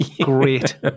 great